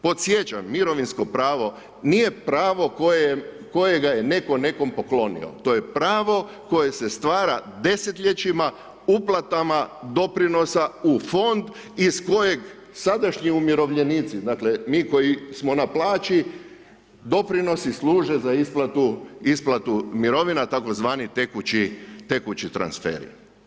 Podsjećam, mirovinsko pravo nije pravo kojega je netko nekome poklonio, to je pravo koje se stvara desetljećima, uplatama doprinosa u Fond iz kojeg sadašnji umirovljenici, dakle, mi koji smo na plaći, doprinosi služe za isplatu mirovina tzv. tekući transferi.